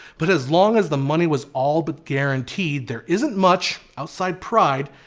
but as long as the money was all but guaranteed, there isn't much, outside pride,